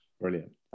Brilliant